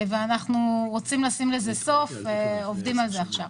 אנחנו רוצים לשים לזה סוף ועובדים על זה עכשיו.